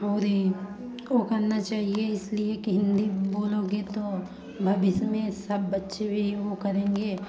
और ये ओ करना चाहिए इसलिए कि हिन्दी बोलोगे तो भविष्य में सब बच्चे भी वो करेंगे